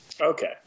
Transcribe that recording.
Okay